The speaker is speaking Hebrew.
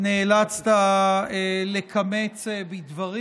נאלצת לקמץ בדברים.